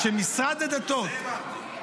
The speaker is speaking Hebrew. שמשרד הדתות --- את זה הבנתי.